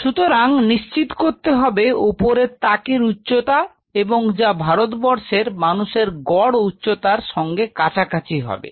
সুতরাং নিশ্চিত করতে হবে উপরের তাক এর উচ্চতা এবং যা ভারতবর্ষের মানুষের গড় উচ্চতার সঙ্গে কাছাকাছি হবে